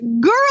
girl